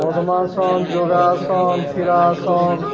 ପଦ୍ମାସନ ଯୋଗାସନ ଶିରାସନ